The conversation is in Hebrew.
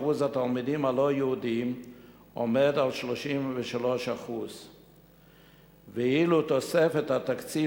אחוז התלמידים הלא-יהודים עומד על 33% ואילו תוספת התקציב